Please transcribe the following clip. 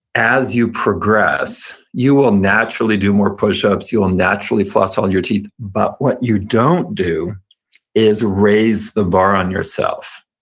as you progress, you will naturally do more push-ups, you will naturally floss all your teeth, but what you don't do is raise the bar on yourself.